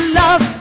love